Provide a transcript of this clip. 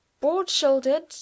broad-shouldered